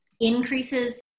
increases